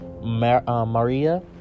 Maria